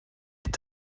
mit